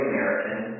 American